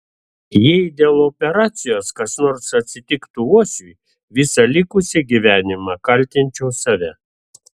jei dėl operacijos kas nors atsitiktų uosiui visą likusį gyvenimą kaltinčiau save